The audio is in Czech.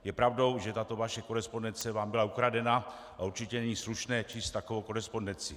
Je pravdou, že tato vaše korespondence vám byla ukradena, a určitě není slušné číst takovou korespondenci.